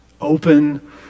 Open